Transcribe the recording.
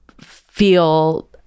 feel